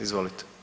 Izvolite.